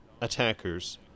attackers